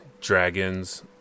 dragons